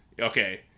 Okay